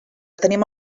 tenim